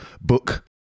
book